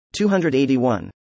281